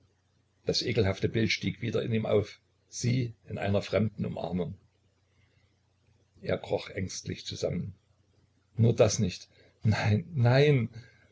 das ekelhafte bild stieg wieder in ihm auf sie in einer fremden umarmung er kroch ängstlich zusammen nur das nicht nein nein